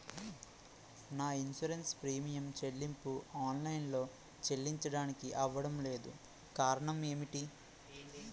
నా insurance premium చెల్లింపు online లో చెల్లించడానికి అవ్వడం లేదు కారణం ఏమిటి?